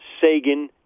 Sagan